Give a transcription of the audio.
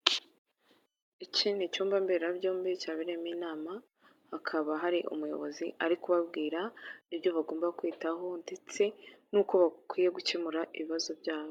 Iki ni icyumba mberabyombi cyabereyemo inama, hakaba hari umuyobozi ari kubabwira ibyo bagomba kwitaho ndetse n'uko bakwiye gukemura ibibazo byabo.